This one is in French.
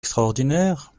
extraordinaire